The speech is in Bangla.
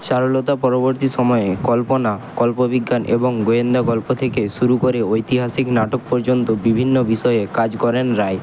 চারুলতা পরবর্তী সময়ে কল্পনা কল্পবিজ্ঞান এবং গোয়েন্দা গল্প থেকে শুরু করে ঐতিহাসিক নাটক পর্যন্ত বিভিন্ন বিষয়ে কাজ করেন রায়